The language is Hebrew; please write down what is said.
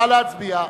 נא להצביע.